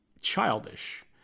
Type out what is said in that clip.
childish